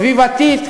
סביבתית,